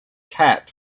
cat